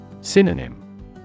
Synonym